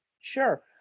Sure